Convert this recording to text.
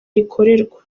rikorerwa